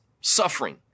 suffering